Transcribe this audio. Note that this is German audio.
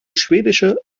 schwedische